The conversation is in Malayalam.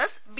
S B